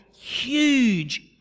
huge